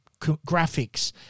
graphics